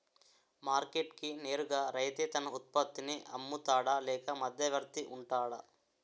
Market కి నేరుగా రైతే తన ఉత్పత్తి నీ అమ్ముతాడ లేక మధ్యవర్తి వుంటాడా?